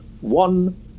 one